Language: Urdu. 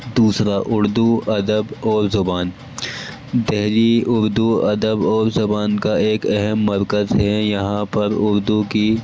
دوسرا اردو ادب اور زبان دلی اردو ادب اور زبان کا ایک اہم مرکز ہے یہاں پر اردو کی